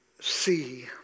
see